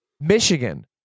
Michigan